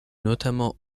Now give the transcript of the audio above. notamment